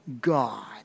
God